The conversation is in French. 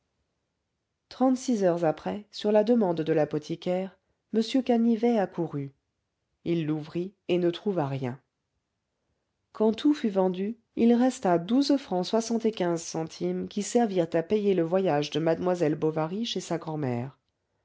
trente-six heures après sur la demande de l'apothicaire m canivet accourut il l'ouvrit et ne trouva rien quand tout fut vendu il resta douze francs soixante et quinze centimes qui servirent à payer le voyage de mademoiselle bovary chez sa grand-mère